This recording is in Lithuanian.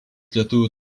lietuvių